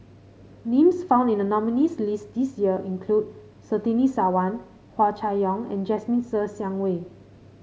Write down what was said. names found in the nominees' list this year include Surtini Sarwan Hua Chai Yong and Jasmine Ser Xiang Wei